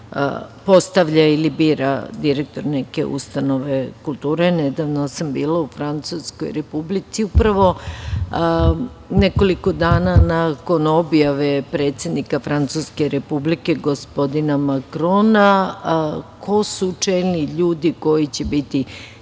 postavlja ili bira direktor neke ustanove kulture. Nedavno sam bila u Francuskoj Republici i upravo nekoliko dana nakon objave predsednika Francuske Republike gospodina Makrona ko su čelni ljudi koji će biti